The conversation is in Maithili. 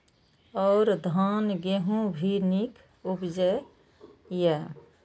और धान गेहूँ भी निक उपजे ईय?